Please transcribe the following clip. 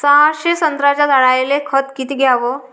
सहाशे संत्र्याच्या झाडायले खत किती घ्याव?